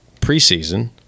preseason